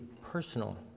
personal